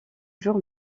jour